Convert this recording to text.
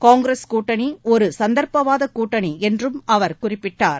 காங்கிரஸ் கூட்டணி ஒரு சந்தா்ப்பவாத கூட்டணி என்றும் அவர் குறிப்பிட்டார்